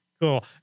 Cool